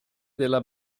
della